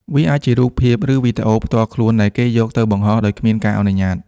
វាអាចជារូបភាព ឬវីដេអូផ្ទាល់ខ្លួនដែលគេយកទៅបង្ហោះដោយគ្មានការអនុញ្ញាត។